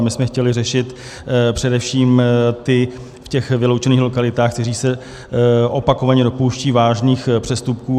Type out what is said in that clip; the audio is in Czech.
My jsme chtěli řešit především ty v těch vyloučených lokalitách, kteří se opakovaně dopouštějí vážných přestupků.